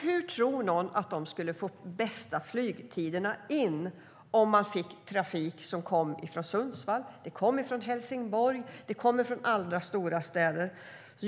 Hur tror någon att de skulle få bästa flygtiderna in om man fick trafik som kom från Sundsvall, Helsingborg och andra stora städer?